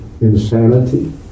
insanity